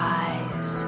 eyes